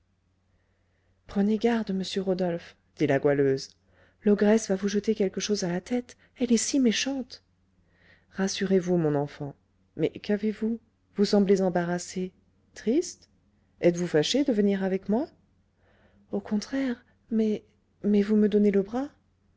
prenez garde monsieur rodolphe dit la goualeuse l'ogresse va vous jeter quelque chose à la tête elle est si méchante rassurez-vous mon enfant mais qu'avez-vous vous semblez embarrassée triste êtes-vous fâchée de venir avec moi au contraire mais mais vous me donnez le bras